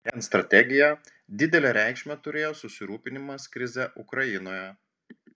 rengiant strategiją didelę reikšmę turėjo susirūpinimas krize ukrainoje